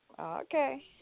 Okay